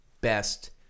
best